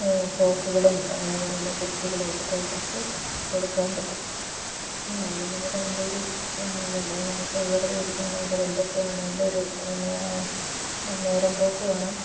ഫ്രോക്കുകളും അതുപോലെ തന്നെ കുർത്തികളും ഒക്കെ തയ്പ്പിച്ചു കൊടുക്കുവാൻ പറ്റും നമുക്ക് നല്ല ഒരു അതല്ലേ നമുക്ക് വെറുതെ ഇരിക്കുമ്പോൾ അതൊരു എൻ്റർടൈൻമെൻ്റ് ഒരു നേരം പോക്കുമാണ്